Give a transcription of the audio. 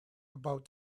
about